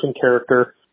character